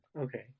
Okay